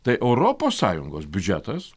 tai europos sąjungos biudžetas